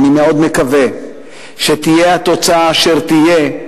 אני מאוד מקווה שתהיה התוצאה אשר תהיה,